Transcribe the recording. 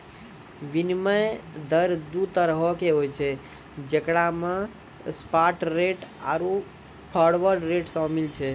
विनिमय दर दु तरहो के होय छै जेकरा मे स्पाट रेट आरु फारवर्ड रेट शामिल छै